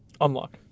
Unlock